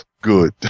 Good